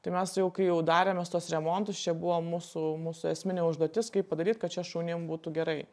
tai mes jau kai jau darėmės tuos remontus čia buvo mūsų mūsų esminė užduotis kaip padaryt kad čia šunim būtų gerai